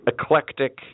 eclectic